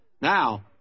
Now